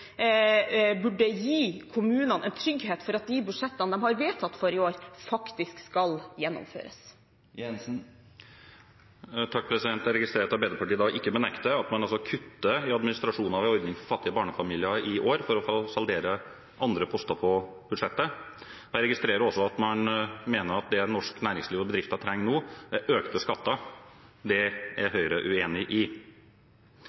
burde gi kommunene en trygghet for at de budsjettene de har vedtatt for i år, faktisk skal gjennomføres. Jeg registrerer at Arbeiderpartiet ikke benekter at man altså kutter i administrasjonen av en ordning for fattige barnefamilier i år for å få saldere andre poster på budsjettet. Jeg registrerer også at man mener at det norsk næringsliv og bedrifter trenger nå, er økte skatter. Det er Høyre uenig i.